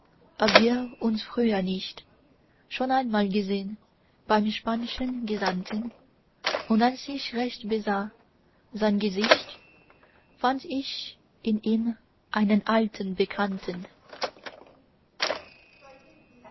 wir uns früher nicht schon einmal gesehn beim spanschen gesandten und als ich recht besah sein gesicht fand ich in ihm einen alten bekannten